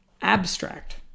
Abstract